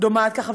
דומעת ככה.